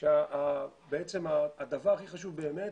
בעצם הדבר החשוב באמת